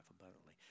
abundantly